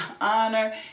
honor